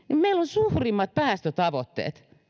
saastuttaa vähiten on suurimmat päästötavoitteet